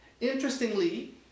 Interestingly